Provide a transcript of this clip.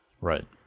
right